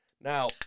Now